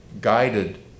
guided